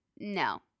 No